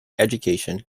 education